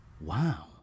Wow